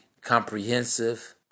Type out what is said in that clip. comprehensive